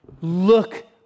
Look